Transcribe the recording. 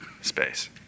space